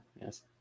yes